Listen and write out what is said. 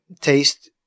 taste